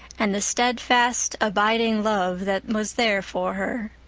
and the steadfast abiding love that was there for her.